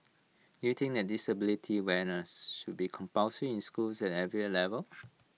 do you think the disability awareness should be compulsory in schools at every level